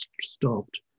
stopped